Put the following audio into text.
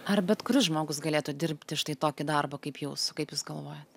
ar bet kuris žmogus galėtų dirbti štai tokį darbą kaip jūsų kaip jūs galvojat